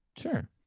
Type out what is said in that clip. Sure